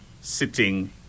sitting